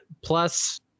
plus